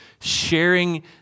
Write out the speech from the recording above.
sharing